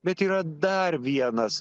bet yra dar vienas